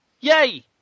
Yay